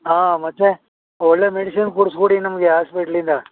ಆಂ ಮತ್ತೆ ಒಳ್ಳೆಯ ಮೆಡಿಷನ್ ಕೊಡ್ಸ್ಬಿಡಿ ನಮಗೆ ಹಾಸ್ಪೆಟ್ಲಿಂದ